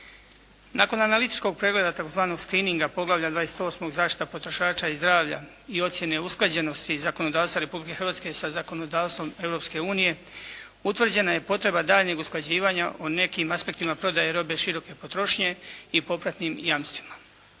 Nakon analitičkog pregleda tzv. screeninga poglavlja 28. zaštita potrošača i zdravlja i ocjene usklađenosti i zakonodavstva Republike Hrvatske sa zakonodavstvom Europske unije utvrđena je potreba daljnjeg usklađivanja o nekim aspektima prodaje robe široke potrošnje i popratnim jamstvima.